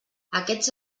aquests